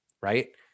right